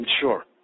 Sure